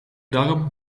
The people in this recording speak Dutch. darm